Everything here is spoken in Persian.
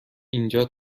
اینجا